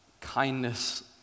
kindness